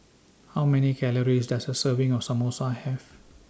How Many Calories Does A Serving of Samosa Have